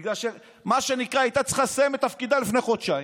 בגלל שהיא הייתה צריכה לסיים את תפקידה לפני חודשיים.